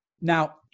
Now